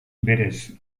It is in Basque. berez